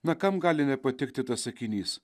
na kam gali nepatikti tas sakinys